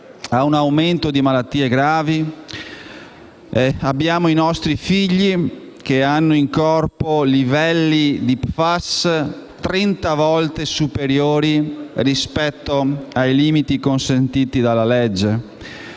a un aumento delle malattie gravi. I nostri figli hanno in corpo livelli di PFAS trenta volte superiori rispetto ai limiti consentiti dalla legge.